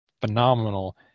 phenomenal